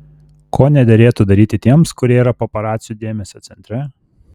ko nederėtų daryti tiems kurie yra paparacių dėmesio centre